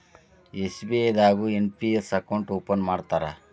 SBI ದಾಗು NPS account open ಮಾಡ್ತಾರಾ